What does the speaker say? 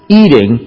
eating